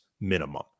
minimum